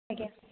ଆଜ୍ଞା